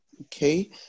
okay